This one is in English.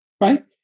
Right